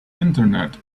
internet